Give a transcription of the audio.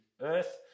Earth